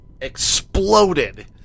exploded